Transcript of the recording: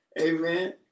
Amen